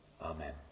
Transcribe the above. Amen